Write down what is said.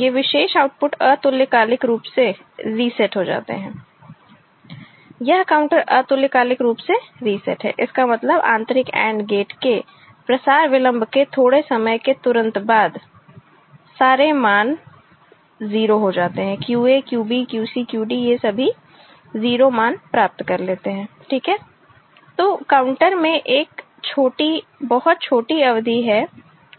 ये विशेष आउटपुट अतुल्यकालिक रूप से रीसेट हो जाते हैं यह काउंटर अतुल्यकालिक रूप से रीसेट है इसका मतलब आंतरिक AND गेट के प्रसार विलंब के थोड़े समय के तुरंत बाद सारे मान 0 हो जाते हैं QA QB QC QD ये सभी 0 मान प्राप्त कर लेते हैं ठीक है तो काउंटर में एक छोटी बहुत छोटी अवधि है